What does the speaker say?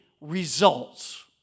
results